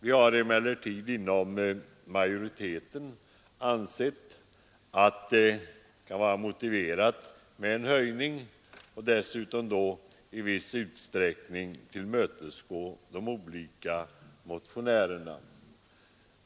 Vi har emellertid inom majoriteten ansett det vara motiverat med en höjning för att i viss utsträckning tillmötesgå de olika motionärerna.